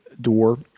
door